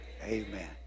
Amen